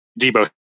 Debo